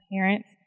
Parents